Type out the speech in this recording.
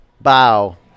bow